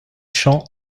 champs